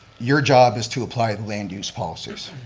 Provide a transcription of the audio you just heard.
your job is to apply land use policies.